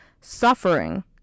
suffering